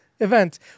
Event